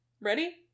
ready